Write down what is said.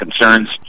concerns